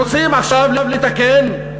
רוצים עכשיו לתקן,